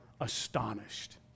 astonished